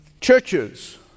churches